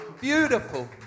Beautiful